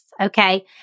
Okay